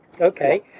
Okay